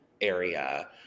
area